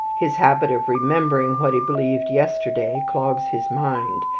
his habit of remembering what he believed yesterday clogs his mind,